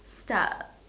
start